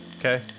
Okay